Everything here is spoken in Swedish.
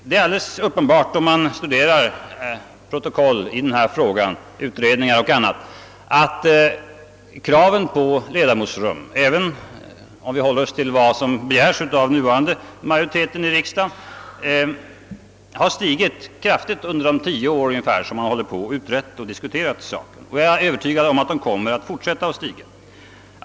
Om man studerar utredningar m.m. i denna fråga finner man att kraven på ledamotsrum, även om vi håller oss till vad som begäres av den nuvarande majoriteten i riksdagen, kraftigt har stigit under de cirka 10 år som frågan har diskuterats och utretts. Jag är övertygad om att kraven kommer att fortsätta att stiga.